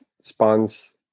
spawns